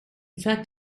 fact